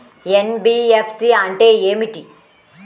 NBFC అంటే ఏమిటి?